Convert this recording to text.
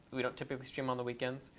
we don't typically stream on the weekends.